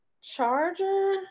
charger